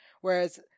Whereas